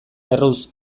erruz